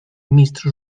mistrz